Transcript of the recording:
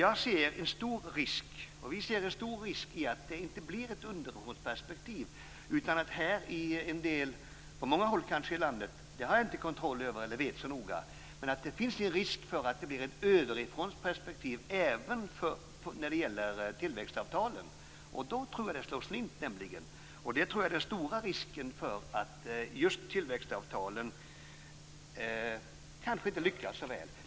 Vi ser en stor risk för att det inte blir något underifrånperspektiv utan att det på många håll i landet - men det vet jag inte så noga - blir ett ovanifrånperspektiv även när det gäller tillväxtavtalen. Då tror jag att de slår slint. Det är nog den stora risken för att tillväxtavtalen inte lyckas så väl.